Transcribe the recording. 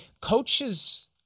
coaches